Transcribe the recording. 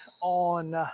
on